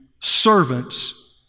servants